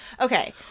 okay